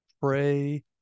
Pray